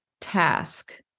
task